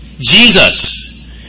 Jesus